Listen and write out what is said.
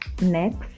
Next